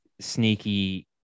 sneaky